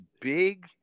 big